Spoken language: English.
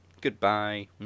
Goodbye